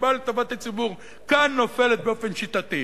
ובאה לטובת הציבור כאן נופלת באופן שיטתי,